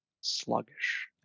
sluggish